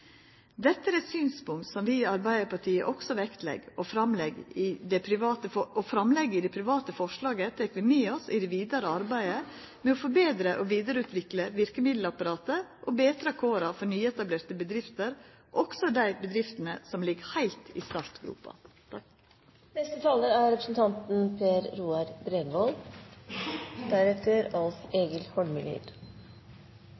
Dette er eit synspunkt som vi i Arbeidarpartiet òg vektlegg, og framlegga i det private forslaget tek vi med oss i det vidare arbeidet med å forbetra og vidareutvikla verkemiddelapparatet og betra kåra for nyetablerte bedrifter, òg dei bedriftene som ligg heilt i startgropa.